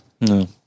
No